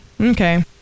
okay